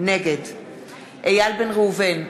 נגד איל בן ראובן,